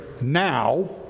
now